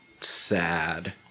sad